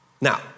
Now